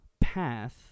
path